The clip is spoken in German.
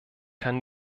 kann